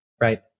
Right